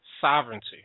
sovereignty